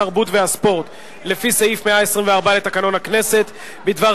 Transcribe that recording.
התרבות והספורט לפי סעיף 124 לתקנון הכנסת בדבר